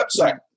website